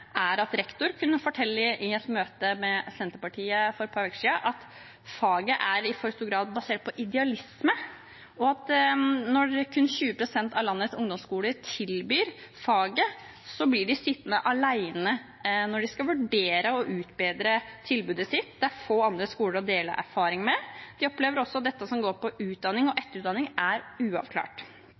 er at rektor kunne fortelle i et møte med Senterpartiet for et par uker siden at faget i for stor grad er basert på idealisme, og at når kun 20 pst. av landets ungdomsskoler tilbyr faget, blir de sittende alene når de skal vurdere og utbedre tilbudet sitt. Det er få andre skoler å dele erfaringer med. De opplever også at dette som går på utdanning og etterutdanning, er uavklart.